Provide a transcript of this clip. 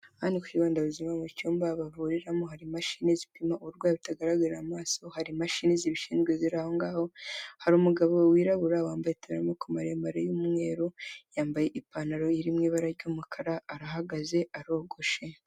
Hano kubandabuzima mu cyumba bavuriramo hari imashini zipima uburwayi butagaragara amaso hari imashini zibishinzwe zirangaho, hari umugabo wirabura wambaye iteramoko maremare y'umweru, yambaye ipantaro iririmo ibara ry'umukara, arahagaze arogoshe.